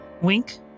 Wink